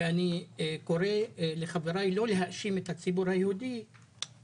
אני קורא לחבריי לא להאשים את הציבור היהודי